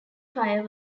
fire